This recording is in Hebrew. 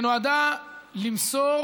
שנועדה למסור